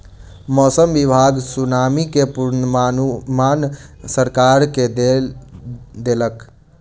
मौसम विभाग सुनामी के पूर्वानुमान सरकार के दय देलक